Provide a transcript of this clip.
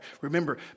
Remember